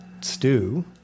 stew